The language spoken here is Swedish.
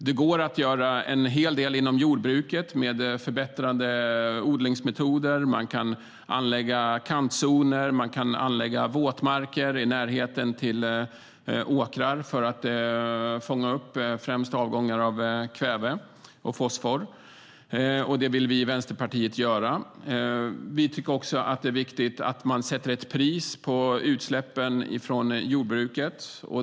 Det går att göra en hel del inom jordbruket med förbättrade odlingsmetoder. Man kan anlägga kantzoner, och man kan anlägga våtmarker i närheten av åkrar för att fånga upp främst avgångar av kväve och fosfor. Det vill vi i Vänsterpartiet göra. Vi tycker också att det är viktigt att man sätter ett pris på utsläppen från jordbruket.